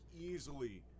easily